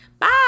bye